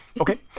Okay